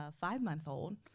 five-month-old